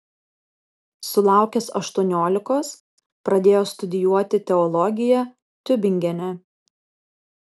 sulaukęs aštuoniolikos pradėjo studijuoti teologiją tiubingene